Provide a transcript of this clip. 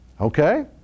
Okay